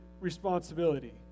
responsibility